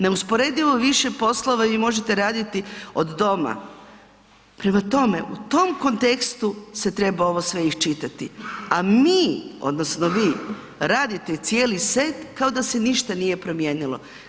Neusporedivo više poslova vi možete raditi od doma, prema tome, u tom kontekstu se treba ovo sve iščitati, a mi, odnosno vi, radite cijeli set kao da se ništa nije promijenilo.